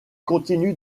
continue